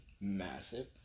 massive